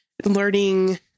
learning